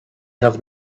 have